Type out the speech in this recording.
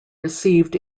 received